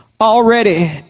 already